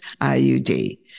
IUD